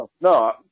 No